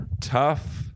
tough